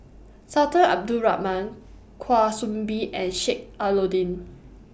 Sultan Abdul Rahman Kwa Soon Bee and Sheik Alau'ddin